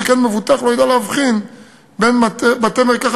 שכן מבוטח לא ידע להבחין בין בתי-מרקחת